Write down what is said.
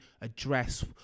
address